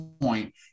point